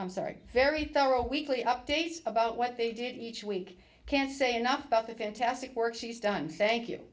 i'm sorry very thorough weekly updates about what they did each week can't say enough about the fantastic work she's done